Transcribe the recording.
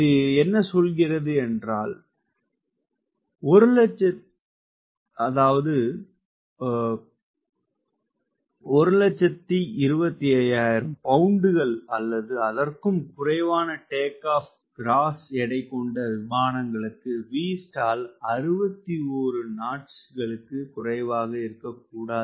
இது என்ன சொல்கிறது என்றால் 125000 பவுண்ட்கள் அல்லது அதற்கும் குறைவான டேக் ஆப் கிராஸ் எடைக் கொண்ட விமானங்களுக்கு Vstall 61 knots களுக்கு குறைவாக இருக்கக் கூடாது